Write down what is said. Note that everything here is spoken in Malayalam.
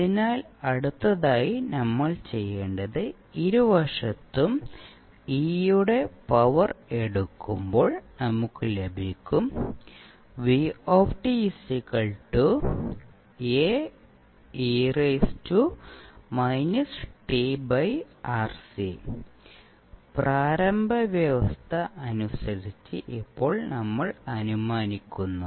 അതിനാൽ അടുത്തതായി നമ്മൾ ചെയ്യേണ്ടത് ഇരുവശത്തും e യുടെ പവർ എടുക്കമ്പോൾ നമുക്ക് ലഭിക്കും പ്രാരംഭ വ്യവസ്ഥ അനുസരിച്ച് ഇപ്പോൾ നമ്മൾ അനുമാനിക്കുന്നു